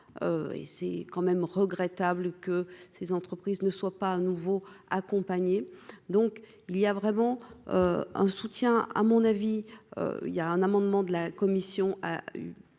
et c'est quand même regrettable que ces entreprises ne soit pas à nouveau, donc il y a vraiment un soutien à mon avis, il y a un amendement de la commission a eu